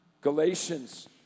Galatians